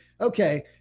okay